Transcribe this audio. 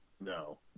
No